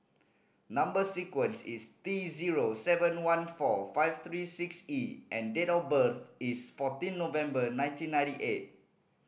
number sequence is T zero seven one four five three six E and date of birth is fourteen November nineteen ninety eight